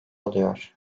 oluyor